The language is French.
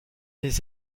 les